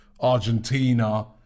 Argentina